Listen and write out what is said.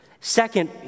Second